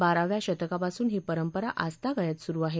बाराव्या शतकापासून ही परंपरा आजतागायत सुरु आहे